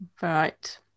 Right